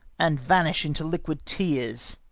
and vanish into liquid tears!